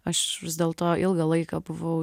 aš vis dėlto ilgą laiką buvau